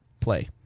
Play